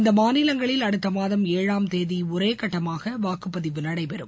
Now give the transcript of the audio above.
இந்த மாநிலங்களில் அடுத்த மாதம் ஏழாம் தேதி ஒரே கட்டமாக வாக்குப்பதிவு நடைபெறும்